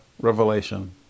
Revelation